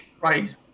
Right